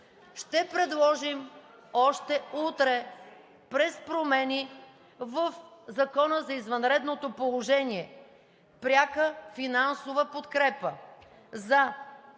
Ще предложим още утре през промени в Закона за извънредното положение пряка финансова подкрепа за